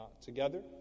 together